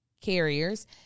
carriers